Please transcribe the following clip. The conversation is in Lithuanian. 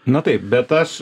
na taip bet aš